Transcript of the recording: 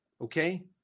Okay